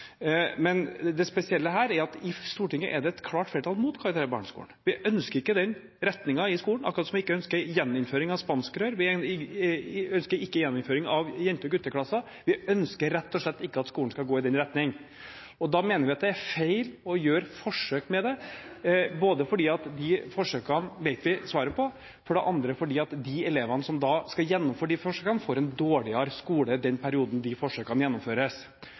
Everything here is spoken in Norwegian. Men det spesielle her er at i Stortinget er det et klart flertall mot karakterer i barneskolen. Vi ønsker ikke den retningen i skolen, akkurat som at vi ikke ønsker gjeninnføring av spanskrør, og at vi ikke ønsker gjeninnføring av jente- og gutteklasser. Vi ønsker rett og slett ikke at skolen skal gå i den retningen. Da mener vi at det er feil å gjøre forsøk med det, både fordi vi vet svaret på de forsøkene, og fordi de elevene som skal gjennomføre de forsøkene, får en dårligere skole i den perioden forsøkene gjennomføres.